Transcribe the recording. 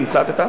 כן.